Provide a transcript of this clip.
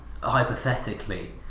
hypothetically